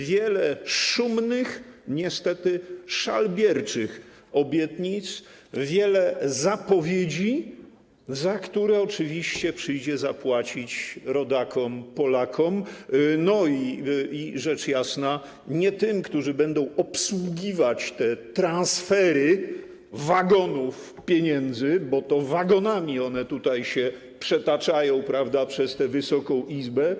Wiele szumnych, niestety szalbierczych obietnic, wiele zapowiedzi, za które oczywiście przyjdzie zapłacić rodakom, Polakom, rzecz jasna nie tym, którzy będą obsługiwać te transfery wagonów pieniędzy, bo to wagonami one tutaj się przetaczają, prawda, przez tę Wysoką Izbę.